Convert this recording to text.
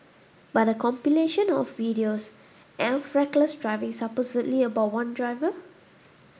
but a compilation of videos of reckless driving supposedly about one driver